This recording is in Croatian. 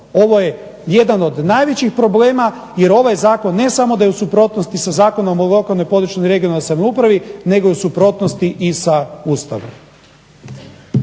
ovo je jedan od najvećih problema jer ovaj zakon ne samo da je u suprotnost sa Zakonom o lokalnoj, područnoj i regionalnoj samoupravi nego je u suprotnosti i sa Ustavom.